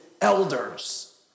elders